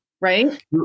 right